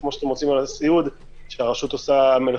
כמו שאתם רוצים לעשות על הסיעוד,